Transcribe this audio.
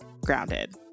grounded